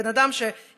בן אדם שנחשד,